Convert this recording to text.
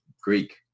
Greek